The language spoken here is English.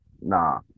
Nah